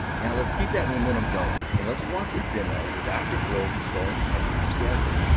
now let's keep that momentum going, and let's watch a demo with active roles and starling connect together,